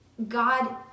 God